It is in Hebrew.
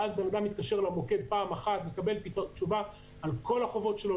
ואז בן אדם מתקשר למוקד פעם אחת ומקבל תשובה לגבי כל חובותיו,